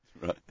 Right